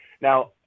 now